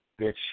bitch